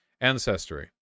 Ancestry